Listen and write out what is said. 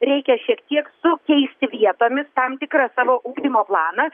reikia šiek tiek sukeisti vietomis tam tikrą savo ugdymo planą